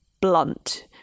blunt